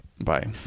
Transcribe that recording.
Bye